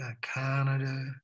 Canada